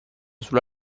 solo